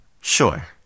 Sure